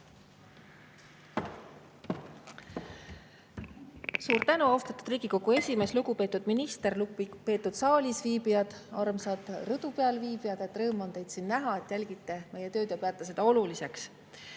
Suur tänu, austatud Riigikogu esimees! Lugupeetud minister! Lugupeetud saalis viibijad! Armsad rõdu peal viibijad, rõõm on teid siin näha, et jälgite meie tööd ja peate seda oluliseks!